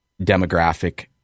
demographic